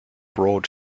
broad